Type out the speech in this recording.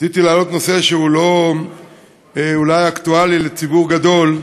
רציתי להעלות נושא שהוא אולי לא אקטואלי לציבור גדול,